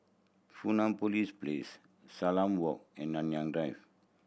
Fusionopolis Place Salam Walk and Nanyang Drive